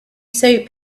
soap